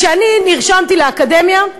כשאני נרשמתי לאקדמיה,